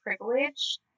privilege